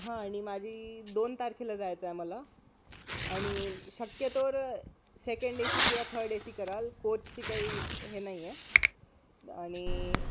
हां आणि माझी दोन तारखेला जायचं आहे मला आणि शक्यतोवर सेकंड ए सी किंवा थर्ड ए सी कराल कोचची काही हे नाही आहे आणि